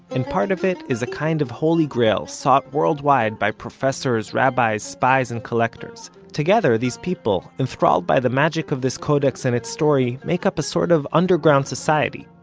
and part of it is a kind of holy grail sought worldwide by professors, rabbis, spies and collectors. together, these people, enthralled by the magic of this codex and its story, make up a sort of underground society.